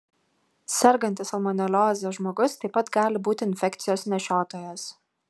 sergantis salmonelioze žmogus taip pat gali būti infekcijos nešiotojas